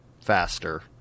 faster